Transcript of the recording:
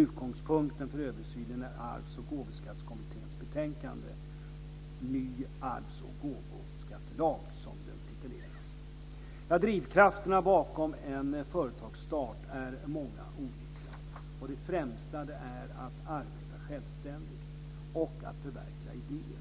Utgångspunkten för översynen är Arvs och gåvoskattekommitténs betänkande, SOU 1987:62, Ny arvs och gåvoskattelag, som det titulerats. Drivkrafterna bakom en företagsstart är av många olika slag. De främsta är att arbeta självständighet och att förverkliga idéer.